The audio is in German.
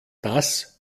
das